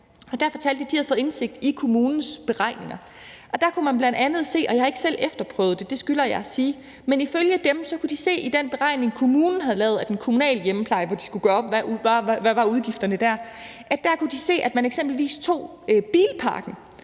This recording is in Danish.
Der fortalte de, at de havde fået indsigt i kommunens beregninger. Der kunne man bl.a. ifølge dem se i den beregning – jeg har ikke selv efterprøvet det, det skylder jeg at sige – kommunen havde lavet af den kommunale hjemmepleje, hvor de skulle gøre op, hvad udgifterne der var, at man eksempelvis tog bilparken.